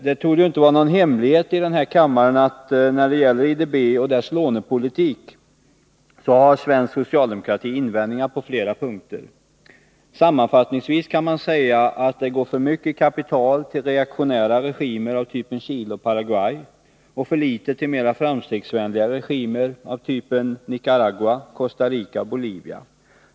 Det torde inte vara någon hemlighet för denna kammare att när det gäller IDB och dess lånepolitik så har svensk socialdemokrati invändningar på flera punkter. Sammanfattningsvis kan man säga att det går för mycket kapital till reaktionära regimer av typen Chile och Paraguay och för litet till mera framstegsvänliga regimer av typen Nicaragua, Costa Rica och Bolivia.